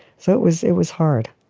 so it was, it was hard.